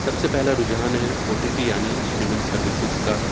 سب سے پہلا رجحان ہے او ٹی ٹی یعنی اسٹریمنگ سروسز کا